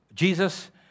Jesus